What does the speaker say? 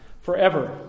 forever